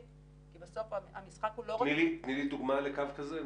כי בסוף המשחק הוא --- תני לי דוגמה לקו כזה?